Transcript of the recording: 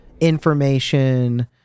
information